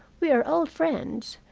we are old friends.